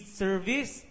service